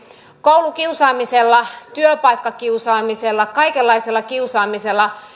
koulukiusaamisella työpaikkakiusaamisella kaikenlaisella kiusaamisella